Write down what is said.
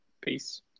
Peace